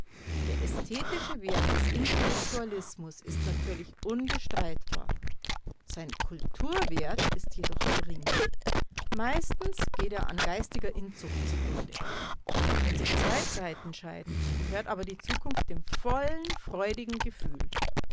der ästhetische wert des intellektualismus ist natürlich unbestreitbar sein kulturwert jedoch ist gering meistens geht er an geistiger inzucht zugrunde wenn sich zwei zeiten scheiden gehört aber die zukunft dem vollen freudigen gefühl